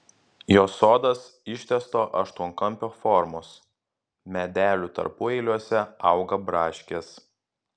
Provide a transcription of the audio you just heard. jo sodas ištęsto aštuonkampio formos medelių tarpueiliuose auga braškės